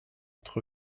entre